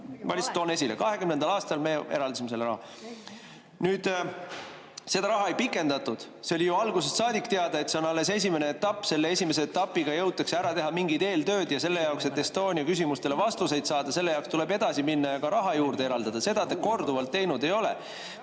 ma lihtsalt toon esile: 2020. aastal me eraldasime selle raha. Seda raha ei pikendatud. See oli ju algusest saadik teada, et see on alles esimene etapp, mille jooksul jõutakse ära teha mingid eeltööd, aga selle jaoks, et Estonia küsimustele vastuseid saada, tuleb edasi minna ja ka raha juurde eraldada. Seda te korduvalt teinud ei ole.